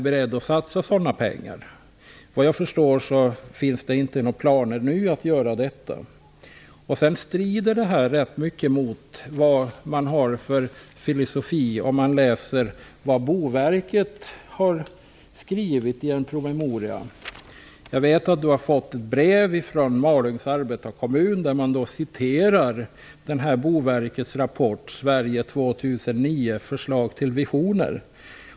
Såvitt jag förstår finns det nu inga planer på någon sådan satsning. Detta strider ganska mycket mot vad Boverket har skrivit i en rapport. Jag vet också att kommunikationsministern har fått ett brev från Malungs arbetarekommun, som citerar Boverkets rapport Sverige 2009 - förslag till visioner.